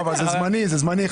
זה זמני.